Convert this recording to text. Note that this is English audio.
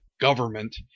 government